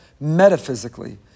metaphysically